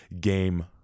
game